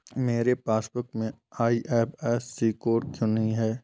मेरे पासबुक में IFSC code क्यो नहीं है?